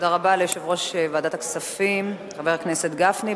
תודה רבה ליושב-ראש ועדת הכספים חבר הכנסת גפני.